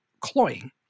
cloying